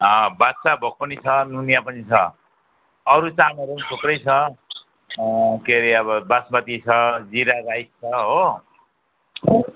बादसाह भोग पनि छ नुनिया पनि छ अरू चामलहरू नि थुप्रै छ के अरे अब बासमती छ जिरा राइस छ हो